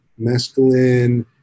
mescaline